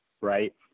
right